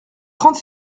trente